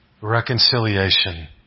Reconciliation